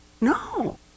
No